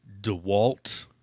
DeWalt